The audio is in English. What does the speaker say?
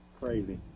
crazy